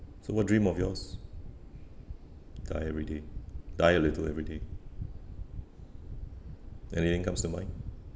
so what dream of yours die every day die a little every day anything comes to mind